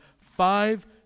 five